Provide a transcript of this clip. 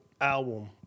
album